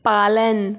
पालन